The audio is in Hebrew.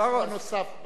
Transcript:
תקציב נוסף,